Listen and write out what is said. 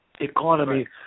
economy